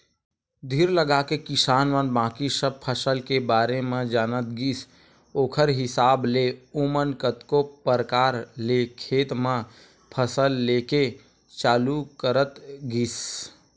धीर लगाके किसान मन बाकी सब फसल के बारे म जानत गिस ओखर हिसाब ले ओमन कतको परकार ले खेत म फसल लेके चालू करत गिस